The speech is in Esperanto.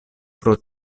pro